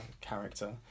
character